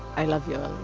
i love you,